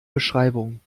beschreibung